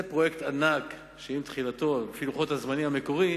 זה פרויקט ענק, שמתחילתו, לפי לוח הזמנים המקורי,